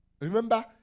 remember